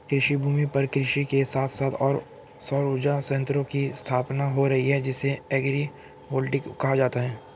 कृषिभूमि पर कृषि के साथ साथ सौर उर्जा संयंत्रों की स्थापना हो रही है जिसे एग्रिवोल्टिक कहा जाता है